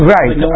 Right